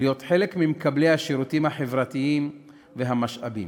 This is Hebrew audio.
להיות חלק ממקבלי השירותים החברתיים והמשאבים.